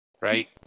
Right